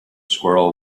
squirrel